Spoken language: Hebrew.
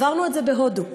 עברנו את זה בהודו,